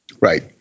Right